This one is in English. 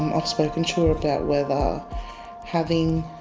i've spoken to her about whether having.